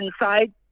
inside